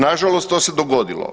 Nažalost, to se dogodilo.